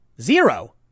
Zero